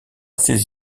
assez